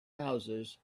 houses